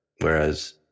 Whereas